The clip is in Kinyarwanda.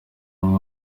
umwe